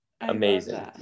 amazing